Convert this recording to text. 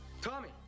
Tommy